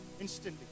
instantly